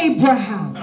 Abraham